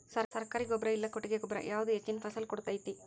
ಸರ್ಕಾರಿ ಗೊಬ್ಬರ ಇಲ್ಲಾ ಕೊಟ್ಟಿಗೆ ಗೊಬ್ಬರ ಯಾವುದು ಹೆಚ್ಚಿನ ಫಸಲ್ ಕೊಡತೈತಿ?